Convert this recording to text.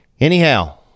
Anyhow